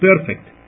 perfect